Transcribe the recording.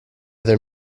there